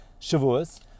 Shavuos